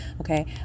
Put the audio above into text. Okay